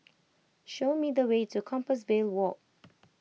show me the way to Compassvale Walk